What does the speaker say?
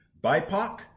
BIPOC